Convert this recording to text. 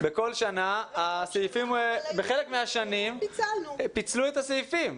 בחלק מהשנים פיצלו את הסעיפים.